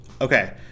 Okay